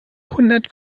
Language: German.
hundert